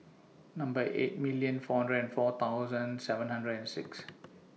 Number eight million four hundred and four thousand seven hundred and six